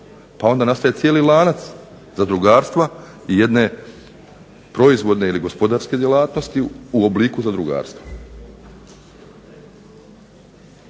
pa onda nastaje cijeli lanac zadrugarstva jedne proizvodne ili gospodarske djelatnosti u obliku zadrugarstva".